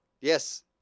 Yes